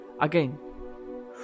Again